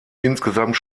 insgesamt